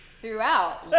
throughout